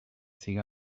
seek